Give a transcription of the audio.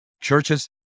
Churches